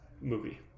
movie